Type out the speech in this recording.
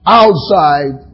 outside